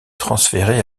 transféré